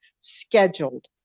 scheduled